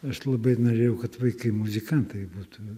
aš labai norėjau kad vaikai muzikantai būtų